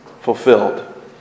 fulfilled